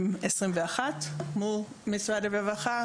מול משרד הרווחה.